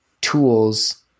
tools